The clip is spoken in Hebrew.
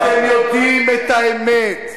אתם יודעים את האמת,